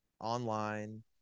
online